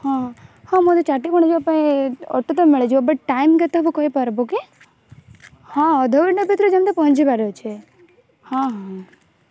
ହଁ ହଁ ମୁଁ ଏବେ ଚାଟୁକଣା ପାଇଁ ଅଟୋ ତ ମିଳି ଯିବ ବଟ୍ ଟାଇମ୍ କେତେ ହବ କହିପାରିବ କି ହଁ ଅଧ ଘଣ୍ଟା ଭିତରେ ଯେମିତି ପହଞ୍ଚିବାର ଅଛି ହଁ ହଁ